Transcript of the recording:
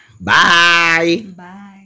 Bye